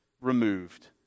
removed